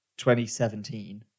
2017